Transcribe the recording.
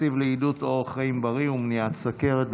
התקציב לעידוד אורח חיים בריא ומניעת סוכרת.